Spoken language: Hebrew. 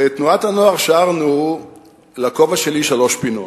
בתנועת הנוער שרנו "לכובע שלי שלוש פינות".